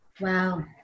Wow